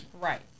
right